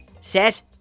set